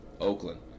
Oakland